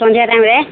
ସନ୍ଧ୍ୟା ଟାଇମ୍ରେ